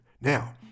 Now